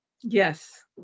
Yes